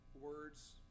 words